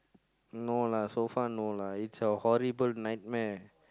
no lah so far no lah it's a horrible nightmare